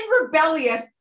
rebellious